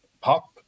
pop